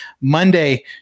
Monday